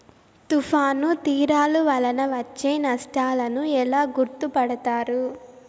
తుఫాను తీరాలు వలన వచ్చే నష్టాలను ఎలా గుర్తుపడతారు?